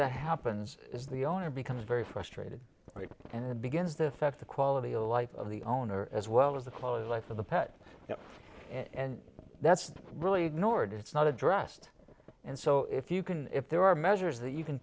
that happens is the owner becomes very frustrated right and begins the effect the quality of life of the owner as well as the quality of life of the pet and that's really nord it's not addressed and so if you can if there are measures that you can